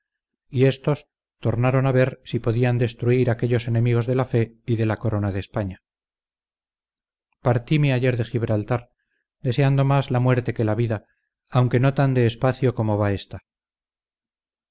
y estos tornaron a ver si podían destruir aquellos enemigos de la fe y de la corona de españa partime ayer de gibraltar deseando más la muerte que la vida aunque no tan de espacio como va ésta